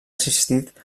assistit